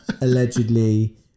allegedly